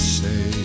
say